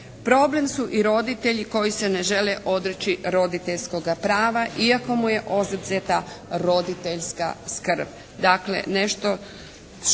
Problem su i roditelji koji se ne žele odreći roditeljskoga prava iako mu je oduzeta roditeljska skrb.